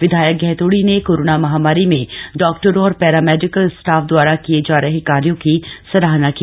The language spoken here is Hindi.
विधायक गहतोड़ी ने कोरोना महामारी में डॉक्टरों और पैरामेडिकल स्टाफ द्वारा किए जा रहे कार्यों की सराहना की